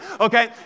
Okay